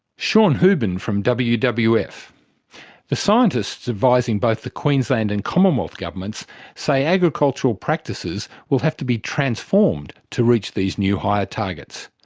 sean hoobin from wwf. the scientists advising both the queensland and commonwealth governments say agricultural practices will have to be transformed to reach these new higher targets.